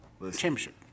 championship